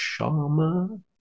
Sharma